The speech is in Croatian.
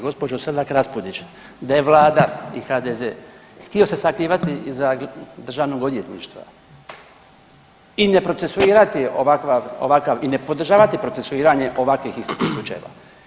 Gospođo Selak Raspudić, da je Vlada i HDZ htio se sakrivati iza Državnog odvjetništva i ne procesuirati ovakav i podrža ti procesuiranje ovakvih … slučajeva.